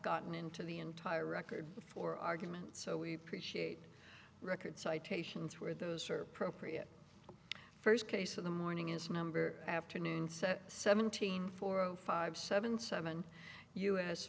gotten into the entire record before argument so we appreciate record citations where those serve proprium first case in the morning is number afternoon set seventeen four o five seven seven u